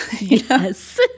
Yes